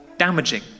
damaging